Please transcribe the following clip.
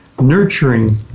nurturing